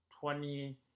twenty